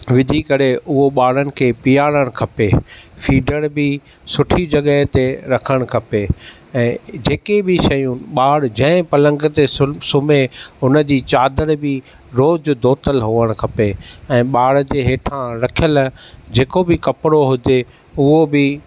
विझी करे उहो ॿारनि खे पियारणु खपे फिडर बि सुठी जॻह ते रखणु खपे ऐं जेके बि शयूं ॿारु जंहिं पलंग ते सु सुम्हें हुनजी चादर बि रोज़ु धोतल हुअणु खपे ऐं ॿार जे हेठां रखियल जेको बि कपिड़ो हुजे उहो बि